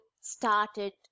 started